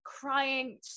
crying